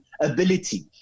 ability